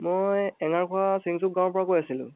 মই এঙাৰপৰা চিঙচুক গাঁৱৰপৰা কৈ আছিলোঁ